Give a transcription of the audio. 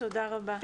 תודה רבה.